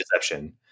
deception